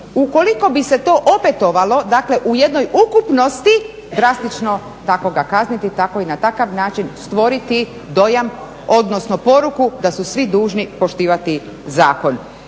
Ukoliko bi se to opetovalo, dakle u jednoj ukupnosti drastično tako ga kazniti, tako i na takav način stvoriti dojam odnosno poruku da su svi dužni poštivati zakon.